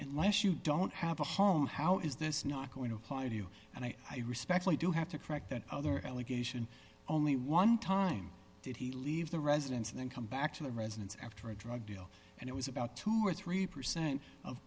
unless you don't have a home how is this not going to apply to you and i i respectfully do have to correct that other allegation only one time did he leave the residence and then come back to the residence after a drug deal and it was about two or three percent of